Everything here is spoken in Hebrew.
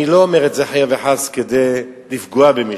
אני לא אומר את זה, חלילה וחס, כדי לפגוע במישהו.